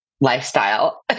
lifestyle